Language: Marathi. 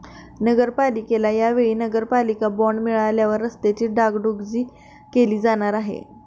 नगरपालिकेला या वेळी नगरपालिका बॉंड मिळाल्यावर रस्त्यांची डागडुजी केली जाणार आहे